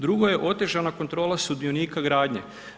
Drugo je, otežana kontrola sudionika gradnje.